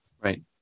Right